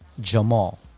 Jamal